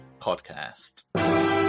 podcast